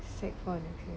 secondary four